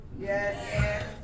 Yes